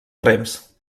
rems